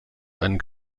einen